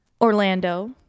orlando